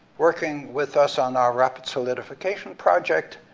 working with us on our rapid solidification project,